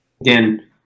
Again